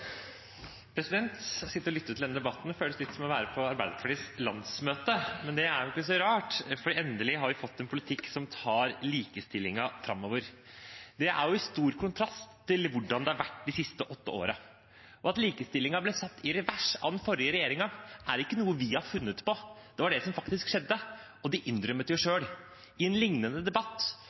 Jeg har sittet og lyttet til denne debatten, og det føles som å være på Arbeiderpartiets landsmøte. Men det er ikke så rart, for endelig har vi fått en politikk som tar likestillingen framover. Det står i stor kontrast til hvordan det har vært de siste åtte årene. At likestillingen ble satt i revers av den forrige regjeringen, er ikke noe vi har funnet på. Det var det som faktisk skjedde, og de innrømmet det jo selv. I en liknende debatt